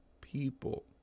people